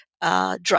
Drug